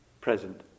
present